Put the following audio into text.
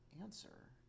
answer